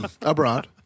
Abroad